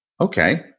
Okay